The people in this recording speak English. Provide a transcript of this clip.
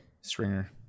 Stringer